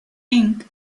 ink